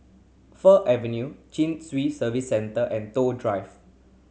Fir Avenue Chin Swee Service Centre and Toh Drive